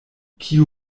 kio